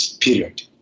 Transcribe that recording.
period